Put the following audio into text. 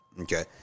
Okay